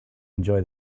enjoy